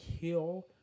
kill